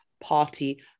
party